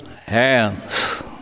hands